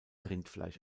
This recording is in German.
rindfleisch